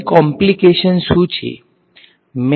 And what are their properties